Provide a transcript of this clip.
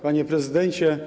Panie Prezydencie!